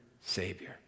Savior